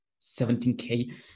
17k